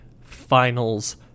finals